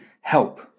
help